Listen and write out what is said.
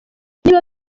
niba